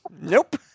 Nope